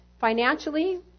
financially